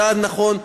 צעד נכון,